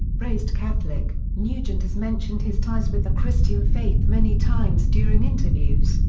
raised catholic, nugent has mentioned his ties with the christian faith many times during interviews,